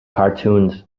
cartoons